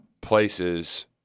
places